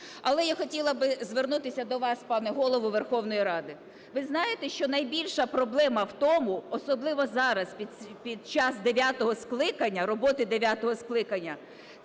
Але я хотіла би звернутися до вас, пане Голово Верховної Ради. Ви знаєте, що найбільша проблема в тому, особливо зараз, під час дев'ятого скликання,